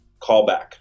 callback